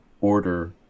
order